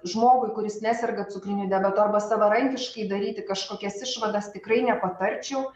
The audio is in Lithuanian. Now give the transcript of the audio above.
žmogui kuris neserga cukriniu diabetu arba savarankiškai daryti kažkokias išvadas tikrai nepatarčiau